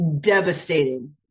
devastating